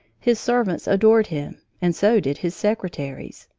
his servants adored him and so did his secretaries.